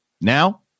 Now